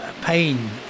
pain